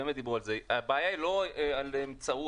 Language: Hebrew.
הבעיה היא לא האמצעי,